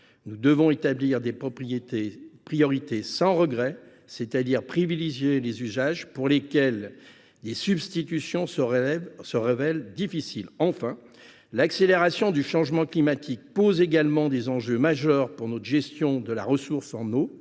Nous devons établir des priorités sans regret, c’est à dire privilégier les usages pour lesquels des substitutions se révèlent difficiles. Enfin, l’accélération du changement climatique constitue un enjeu majeur pour notre gestion de la ressource en eau.